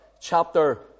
chapter